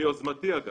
ביוזמתי, אגב,